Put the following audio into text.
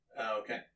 Okay